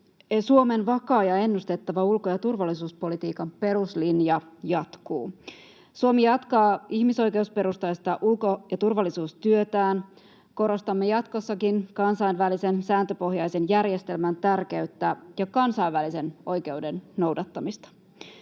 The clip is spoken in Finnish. Suomen vakaa ja ennustettava ulko- ja turvallisuuspolitiikan peruslinja jatkuu. Suomi jatkaa ihmisoikeusperustaista ulko- ja turvallisuustyötään. Korostamme jatkossakin kansainvälisen sääntöpohjaisen järjestelmän tärkeyttä ja kansainvälisen oikeuden noudattamista.